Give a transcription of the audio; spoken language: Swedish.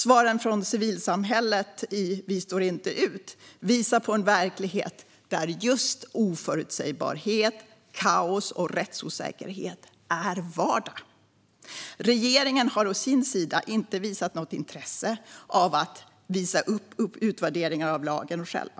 Svaren från civilsamhället i Vi står inte ut visar på en verklighet där just oförutsägbarhet, kaos och rättsosäkerhet är vardag. Regeringen har å sin sida inte visat något intresse av att utvärdera lagen själv.